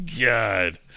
God